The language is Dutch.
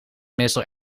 meestal